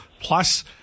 plus